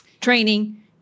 training